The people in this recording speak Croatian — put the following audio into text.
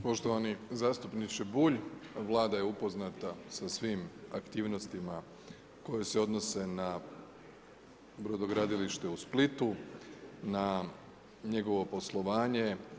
Poštovani zastupniče Bulj, Vlada je upoznata sa svim aktivnostima koji se odnose na brodogradilište u Splitu, na njegovo poslovanje.